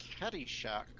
Caddyshack